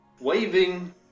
waving